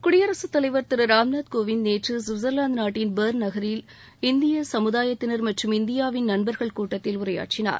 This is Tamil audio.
குடியரகத்தலைவர் திரு ராம்நாத்கோவிந்த் நேற்று குவிட்சர்லாந்து நாட்டின் பெர்ன் நகரில் இந்திய சமுதாயத்தினர் மற்றும் இந்தியாவின் நண்பர்கள் கூட்டத்தில் உரையாற்றினார்